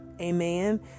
Amen